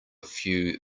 few